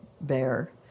Bear